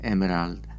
Emerald